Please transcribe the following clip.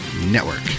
Network